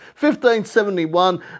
1571